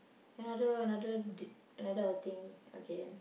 another another d~ another outing again